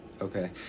Okay